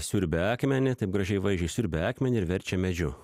siurbia akmenį taip gražiai vaizdžiai siurbia akmenį ir verčia medžiu